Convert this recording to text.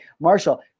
Marshall